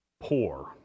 poor